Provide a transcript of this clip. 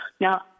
Now